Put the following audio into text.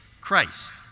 Christ